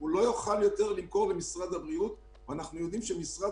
למרות הכול אנחנו מוציאים הנחיות ואנחנו רואים שזה